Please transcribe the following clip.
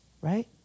right